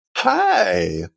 Hi